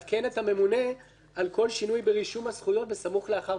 הממונה על כל שינוי ברישום הזכויות בסמוך לאחר ביצועו.